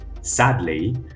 Sadly